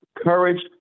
courage